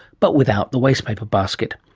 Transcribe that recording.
but without the waste paper basket.